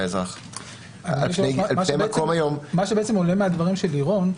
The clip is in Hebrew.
מה שעולה מהדברים של לירון,